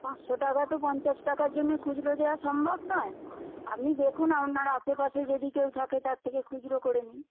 পাঁচশো টাকা তো পঞ্চাশ টাকার জন্যে খুচরো দেওয়া সম্ভব নয় আপনি দেখুন আপনার আশেপাশে যদি কেউ থাকে তার থেকে খুচরো করে নিন